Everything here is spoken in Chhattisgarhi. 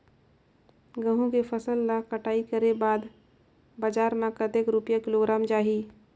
गंहू के फसल ला कटाई करे के बाद बजार मा कतेक रुपिया किलोग्राम जाही?